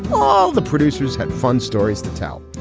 all the producers had fun stories to tell.